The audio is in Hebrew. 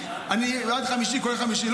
כולל חמישי,